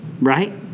Right